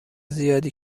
زیادی